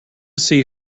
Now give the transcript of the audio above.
see